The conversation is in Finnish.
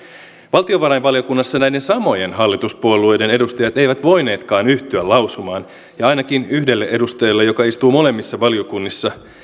valtiovarainvaliokunnassa näiden samojen hallituspuolueiden edustajat eivät voineetkaan yhtyä lausumaan ja ainakin yhdelle edustajalle joka istuu molemmissa valiokunnissa